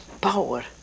power